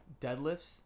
deadlifts